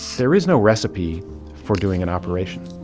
there is no recipe for doing an operation.